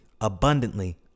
abundantly